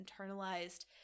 internalized